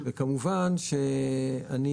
וכמובן שאני